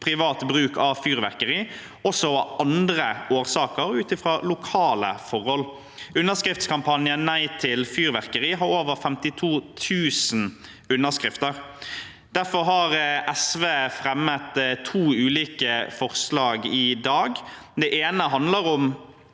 privat bruk av fyrverkeri også av andre årsaker og ut fra lokale forhold. Underskriftskampanjen «Nei til fyrverkeri» har over 52 000 underskrifter. Derfor har SV fremmet to ulike forslag i dag. Det ene handler om